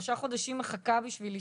שלושה חודשים את מחכה בשביל לשמוע?